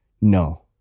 No